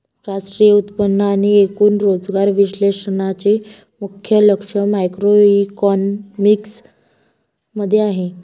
राष्ट्रीय उत्पन्न आणि एकूण रोजगार विश्लेषणाचे मुख्य लक्ष मॅक्रोइकॉनॉमिक्स मध्ये आहे